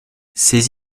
ses